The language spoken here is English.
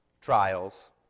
trials